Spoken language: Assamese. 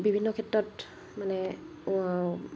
বিভিন্ন ক্ষেত্ৰত মানে